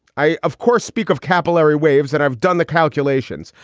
i of course speak of capillary waves that i've done the calculations,